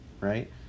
right